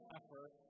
effort